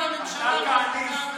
אתה חרפה לממשלה ולקואליציה הזאת.